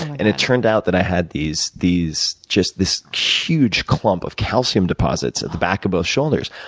and, it turned out that i had these these just this huge clump of calcium deposits at the back of both shoulders.